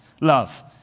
love